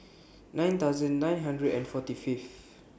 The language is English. nine thousand nine hundred and forty Fifth